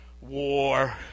war